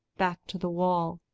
back to the wall,